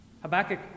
Habakkuk